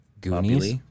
Goonies